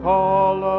call